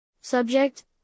Subject